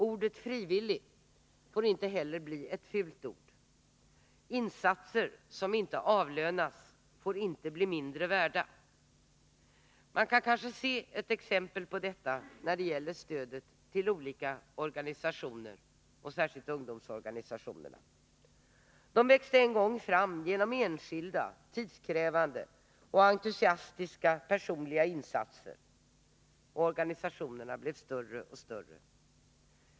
Ordet frivillig får inte bli ett fult ord. Insatser som inte avlönas får inte anses vara mindre värda. Man kan kanske se ett exempel på detta när det gäller stödet till ungdomsorganisationerna. Dessa växte en gång fram genom tidskrävande och entusiastiska insatser från enskilda personer, och organisationerna blev bara större och större.